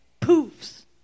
poofs